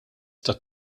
tat